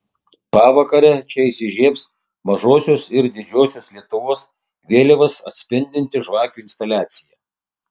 pavakarę čia įsižiebs mažosios ir didžiosios lietuvos vėliavas atspindinti žvakių instaliacija